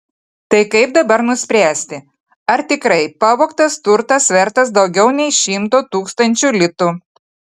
tai kaip dabar nuspręsti ar tikrai pavogtas turtas vertas daugiau nei šimto tūkstančių litų